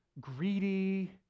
greedy